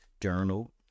Journal